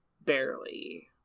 Barely